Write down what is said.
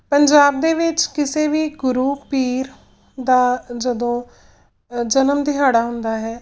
ਪੰਜਾਬ ਦੇ ਵਿੱਚ ਕਿਸੇ ਵੀ ਗੁਰੂ ਪੀਰ ਦਾ ਜਦੋਂ ਅ ਜਨਮ ਦਿਹਾੜਾ ਹੁੰਦਾ ਹੈ